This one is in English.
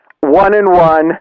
one-and-one